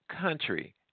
country